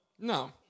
No